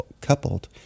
coupled